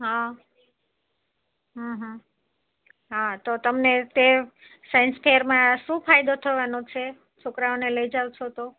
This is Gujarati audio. હં હં હં હા તો તમને સાઇન્સ ફેર માં શું ફાયદો થવાનો છે છોકરાઓને લઈ જાવ છો તો